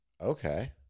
Okay